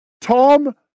Tom